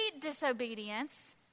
disobedience